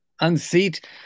unseat